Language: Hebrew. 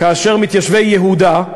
כאשר מתיישבי יהודה,